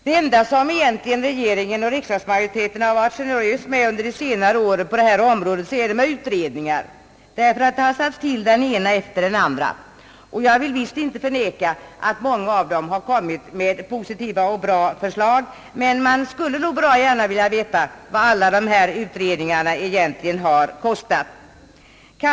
Det enda som regeringen och riksdagsmajoriteten varit generös med under senare år är utredningar. Det har tillsatts den ena efter den andra, och jag vill visst inte förneka att många av dem har kommit med bra förslag. Man skulle dock gärna vilja veta vad alla dessa utredningar egentligen har kostat.